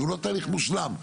שהוא לא תהליך מושלם,